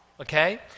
okay